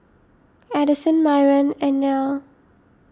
Addyson Myron and Nell